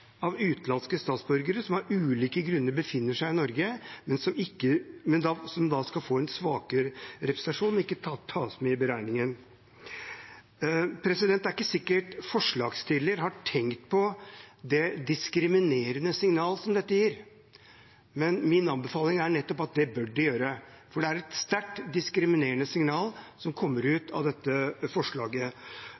av utenlandske statsborgere, som av ulike grunner befinner seg i Norge, men som skal få en svakere representasjon og ikke tas med i beregningen. Det er ikke sikkert forslagsstillerne har tenkt på det diskriminerende signal som dette gir. Men min anbefaling er at det bør de gjøre, for det er et sterkt diskriminerende signal som kommer ut